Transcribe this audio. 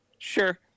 sure